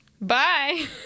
Bye